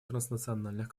транснациональных